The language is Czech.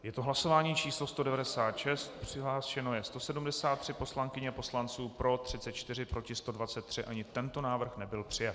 Je to hlasování číslo 196, přihlášeno je 173 poslankyň a poslanců, pro 34, proti 123, ani tento návrh nebyl přijat.